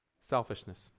Selfishness